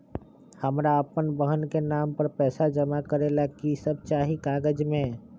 हमरा अपन बहन के नाम पर पैसा जमा करे ला कि सब चाहि कागज मे?